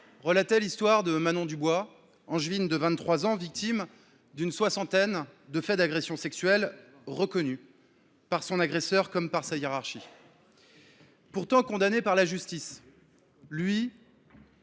relataient l’histoire de Manon Dubois, Angevine de 23 ans, victime d’une soixantaine de faits d’agressions sexuelles reconnus par son agresseur comme par sa hiérarchie. Pourtant condamné par la justice, lui